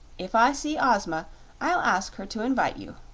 if i see ozma i'll ask her to invite you,